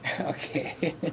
Okay